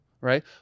right